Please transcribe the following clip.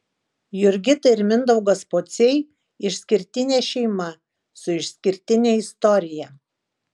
jurgita ir mindaugas pociai išskirtinė šeima su išskirtine istorija